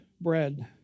bread